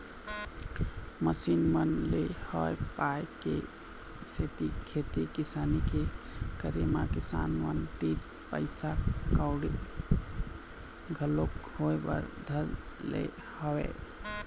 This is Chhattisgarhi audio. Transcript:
मसीन मन ले होय पाय के सेती खेती किसानी के करे म किसान मन तीर पइसा कउड़ी घलोक होय बर धर ले हवय